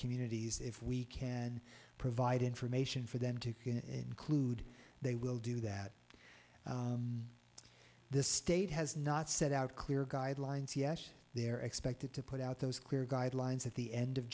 communities if we can provide information for them to can include they will do that the state has not set out clear guidelines yes they're expected to put out those clear guidelines at the end of